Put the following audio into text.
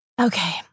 Okay